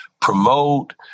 promote